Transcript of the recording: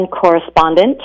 correspondent